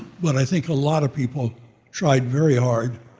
but i think a lot of people tried very hard